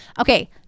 Okay